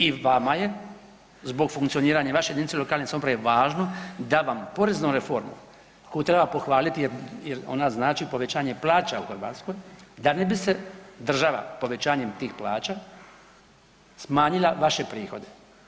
I vama je zbog funkcioniranja i vaše jedinice lokalne samouprave važno da vam poreznom reformom koju treba pohvaliti jer ona znači povećanje plaća u Hrvatskoj da ne bi se država povećanjem tih plaća, smanjila vaše prihode.